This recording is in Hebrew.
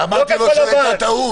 אמרתי לו שזו הייתה טעות.